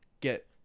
get